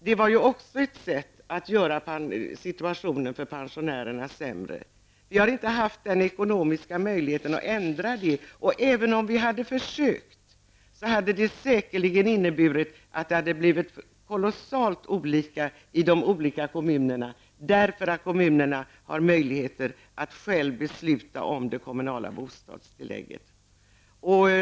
Men det är ett sätt att försämra situationen för pensionärerna. Vi har inte haft ekonomiska möjligheter att åstadkomma en ändring här. Men även om vi hade försökt göra det, hade det säkerligen blivit kolossalt stora skillnader mellan olika kommuner. Kommunerna har ju möjligheter att själva besluta om det kommunala bostadstillägget.